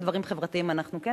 לדברים חברתיים, אנחנו כן.